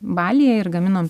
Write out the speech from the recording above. balyje ir gaminom